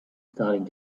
starting